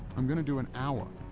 i'm gonna do an hour.